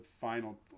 final